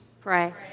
Pray